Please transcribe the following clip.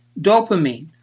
dopamine